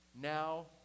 Now